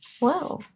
wow